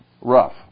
rough